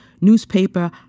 Newspaper